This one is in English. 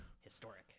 Historic